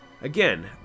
Again